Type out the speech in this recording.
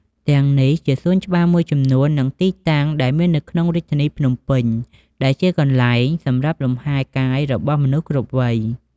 ទាំងនេះជាសួនច្បារមួយចំនួននិងទីតាំងដែលមាននៅក្នុងរាជធានីភ្នំពេញដែលជាកន្លែងសម្រាប់លំហែរកាយរបស់មនុស្សគ្រប់វ័យ។